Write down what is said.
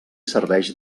serveix